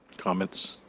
comments?